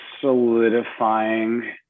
solidifying